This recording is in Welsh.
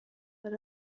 fel